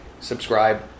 subscribe